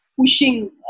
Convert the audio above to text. pushing